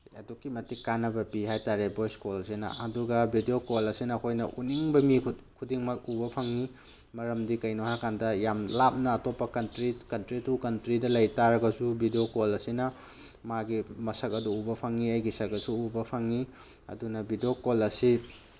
ꯑꯗꯨꯛꯀꯤ ꯃꯇꯤꯛ ꯀꯥꯟꯅꯕ ꯄꯤ ꯍꯥꯏ ꯇꯥꯔꯦ ꯚꯣꯏꯁ ꯀꯣꯜꯁꯤꯅ ꯑꯗꯨꯒ ꯚꯤꯗꯤꯑꯣ ꯀꯣꯜ ꯑꯁꯤꯅ ꯑꯩꯈꯣꯏꯅ ꯎꯅꯤꯡꯕ ꯃꯤ ꯈꯨꯗꯤꯃꯛ ꯎꯕ ꯐꯪꯉꯤ ꯃꯔꯝꯗꯤ ꯀꯩꯒꯤꯅꯣ ꯍꯥꯏꯔ ꯀꯥꯟꯗ ꯌꯥꯝ ꯂꯥꯞꯅ ꯑꯇꯣꯞꯄ ꯀꯟꯇ꯭ꯔꯤ ꯀꯟꯇ꯭ꯔꯤ ꯇꯨ ꯀꯟꯇ꯭ꯔꯤꯗ ꯂꯩ ꯇꯥꯔꯒꯁꯨ ꯚꯤꯗꯤꯑꯣ ꯀꯣꯜ ꯑꯁꯤꯅ ꯃꯥꯒꯤ ꯃꯁꯛ ꯑꯗꯨ ꯎꯕ ꯐꯪꯉꯤ ꯑꯩꯒꯤ ꯁꯛꯁꯨ ꯎꯕ ꯐꯪꯉꯤ ꯑꯗꯨꯅ ꯚꯤꯗꯤꯑꯣ ꯀꯣꯜ ꯑꯁꯤ